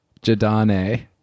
jadane